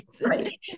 Right